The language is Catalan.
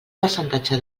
percentatge